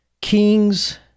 kings